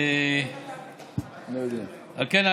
על כן,